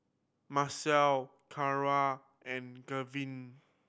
Marcel Cara and Gavin